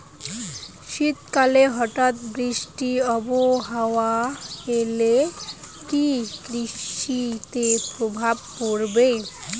শীত কালে হঠাৎ বৃষ্টি আবহাওয়া এলে কি কৃষি তে প্রভাব পড়বে?